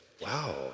wow